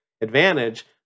advantage